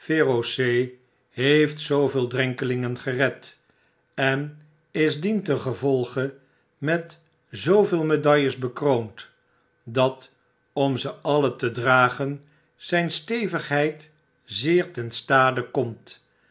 feroce heeft zooveel drenkelingen gered en is dientengevolge met zooveel medailles bekroond dat om z alle te dragen zijn stevigheid zeer to stade komt